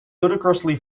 ludicrously